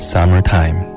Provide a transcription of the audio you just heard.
Summertime